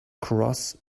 cross